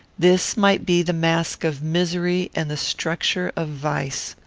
this might be the mask of misery and the structure of vice.